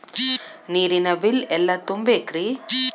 ನೇರಿನ ಬಿಲ್ ಎಲ್ಲ ತುಂಬೇಕ್ರಿ?